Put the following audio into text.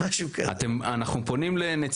עכשיו אנחנו עובדים ופונים להביא